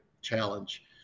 challenge